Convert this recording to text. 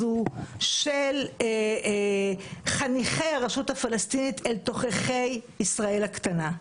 של חניכי הרשות הפלסטינית אל תוככי ישראל הקטנה.